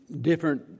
different